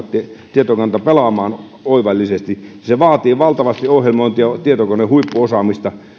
tietokanta pelaamaan oivallisesti se vaatii valtavasti ohjelmointia tietokonehuippuosaamista